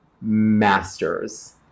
masters